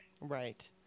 Right